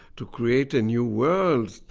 to create a new world,